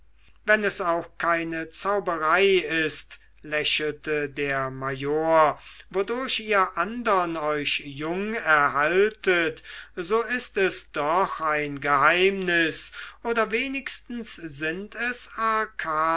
wenn es auch keine zauberei ist lächelte der major wodurch ihr andern euch jung erhaltet so ist es doch ein geheimnis oder wenigstens sind es